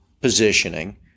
positioning